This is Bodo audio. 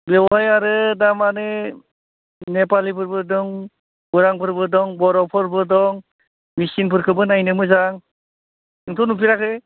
बेवहाय आरो दा मानि नेपालिफोरबो दं उरांफोरबो दं बर'फोरबो दं मिसिंफोरखौबो नायनो मोजां नोंथ' नुफेराखै